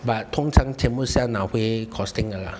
but 通常全部是要拿回 costing 的啦